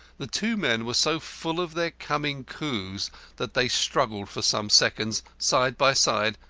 the two men were so full of their coming coups that they struggled for some seconds, side by side,